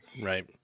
Right